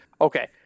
Okay